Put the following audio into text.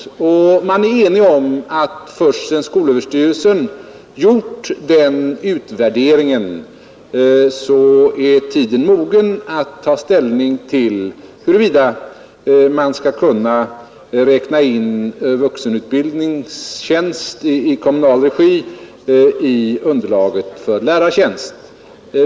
Man är enig om att först sedan skolöverstyrelsen gjort denna utvärdering är tiden mogen att ta ställning till huruvida man skall kunna räkna in vuxenutbildningstjänst i kommunal regi i underlaget för lärartjänst.